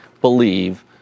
believe